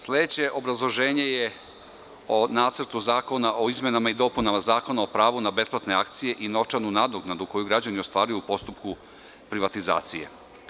Sledeće obrazloženje je o Nacrtu zakona o izmenama i dopunama Zakona o pravu na besplatne akcije i novčanu nadoknadu koju građani ostvaruju u postupku privatizacije.